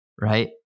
right